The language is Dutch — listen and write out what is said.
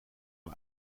een